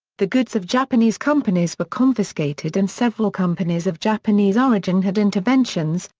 the goods of japanese companies were confiscated and several companies of japanese origin had interventions,